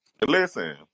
Listen